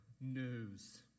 news